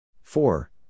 Four